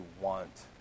want